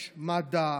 יש מד"א,